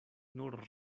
nur